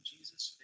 Jesus